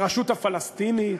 ברשות הפלסטינית,